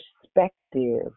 perspective